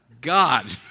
God